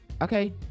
okay